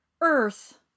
Earth